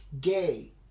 gay